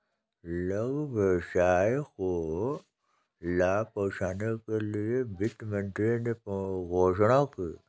लघु व्यवसाय को लाभ पहुँचने के लिए वित्त मंत्री ने घोषणा की